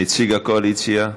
נציג הקואליציה?